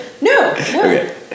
no